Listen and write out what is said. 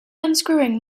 unscrewing